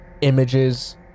images